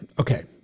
Okay